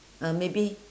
uh maybe